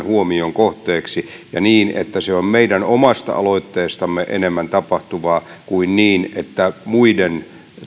huomion kohteeksi ja niin että se on meidän omasta aloitteestamme enemmän tapahtuvaa kuin niin että muiden